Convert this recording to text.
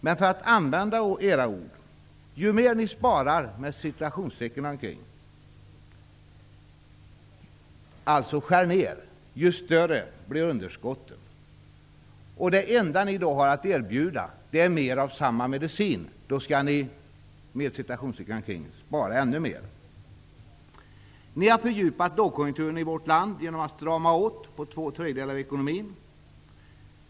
Men för att använda era ord: Ju mer ni ''sparar'', dvs. skär ned, ju större blir underskotten. Det enda ni har att erbjuda är mer av samma medicin. Då skall ni ''spara'' ännu mer. Ni har fördjupat lågkonjunkturen i vårt land genom att strama åt på två tredjedelar av ekonomin.